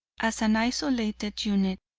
as an isolated unit,